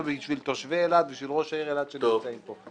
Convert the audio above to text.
בשביל תושבי אילת וראש העיר שנמצאים פה.